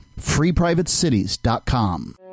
FreePrivateCities.com